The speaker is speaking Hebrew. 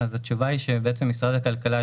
התשובה היא שבעצם משרד הכלכלה,